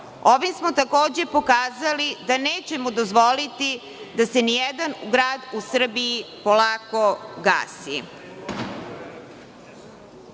Ovim smo takođe pokazali da nećemo dozvoliti da se ni jedan grad u Srbiji polako gasi.